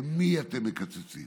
למי אתם מקצצים?